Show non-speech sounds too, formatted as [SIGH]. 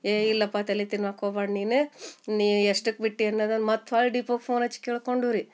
ಏಯ್ ಇಲ್ಲಪ್ಪ ತಲೆ ತಿನ್ನೋಕೆ ಹೋಬ್ಯಾಡ ನೀನು ನೀ ಎಷ್ಟಕ್ಕೆ ಬಿಟ್ಟಿ ಅನ್ನದನ್ನ ಮತ್ತೆ [UNINTELLIGIBLE] ಡಿಪುಗ ಫೋನ್ ಹಚ್ಚಿ ಕೇಳ್ಕೊಂಡು ರೀ